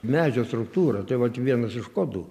medžio struktūra tai vat vienas iš kodų